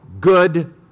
good